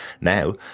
now